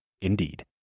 Indeed